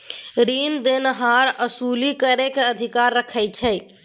रीन देनहार असूली करइ के अधिकार राखइ छइ